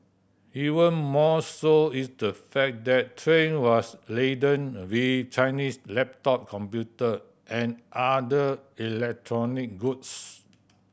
even more so is the fact that train was laden with Chinese laptop computer and other electronic goods